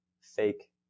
fake